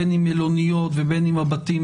בין אם מלוניות ובין אם הבתים